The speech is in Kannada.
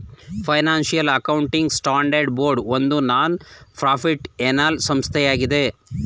ಫೈನಾನ್ಸಿಯಲ್ ಅಕೌಂಟಿಂಗ್ ಸ್ಟ್ಯಾಂಡರ್ಡ್ ಬೋರ್ಡ್ ಒಂದು ನಾನ್ ಪ್ರಾಫಿಟ್ಏನಲ್ ಸಂಸ್ಥೆಯಾಗಿದೆ